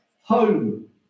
home